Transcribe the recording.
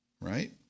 Right